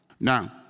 Now